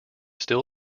still